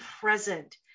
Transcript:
present